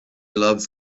loves